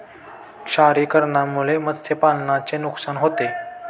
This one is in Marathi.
क्षारीकरणामुळे मत्स्यपालनाचे नुकसान होते